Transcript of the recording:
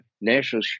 national